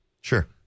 Sure